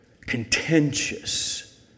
contentious